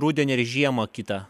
rudenį ar žiemą kitą